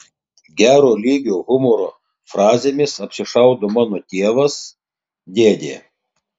gero lygio humoro frazėmis apsišaudo mano tėvas dėdė